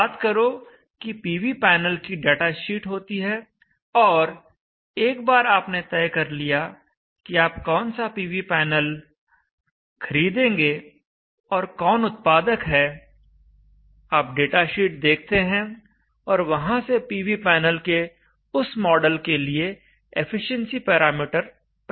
याद करो कि पीवी पैनल की डाटाशीट होती है और एक बार आप ने तय कर लिया कि आप कौन सा पीवी पैनल खरीदेंगे और कौन उत्पादक है आप डेटाशीट देखते हैं और वहां से पीवी पैनल के उस मॉडल के लिए एफिशिएंसी पैरामीटर प्राप्त होता है